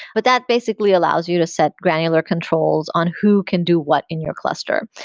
but that basically allows you to set granular controls on who can do what in your cluster.